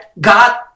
God